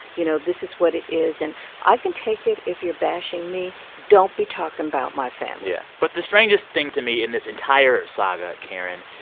you know, this is what it is. and i can take it if you're bashing me. don't be talking about my family yeah. but the strangest thing to me in this entire saga, karen,